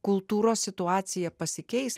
kultūros situacija pasikeis